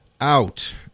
out